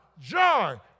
joy